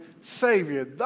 Savior